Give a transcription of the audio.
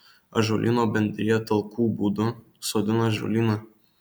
ąžuolyno bendrija talkų būdu sodina ąžuolyną